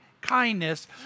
kindness